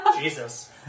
Jesus